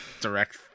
Direct